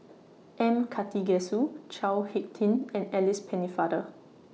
M Karthigesu Chao Hick Tin and Alice Pennefather